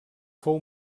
fou